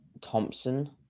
Thompson